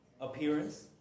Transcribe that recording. Appearance